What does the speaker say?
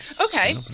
Okay